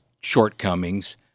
shortcomings